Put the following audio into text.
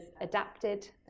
adapted